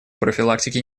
профилактики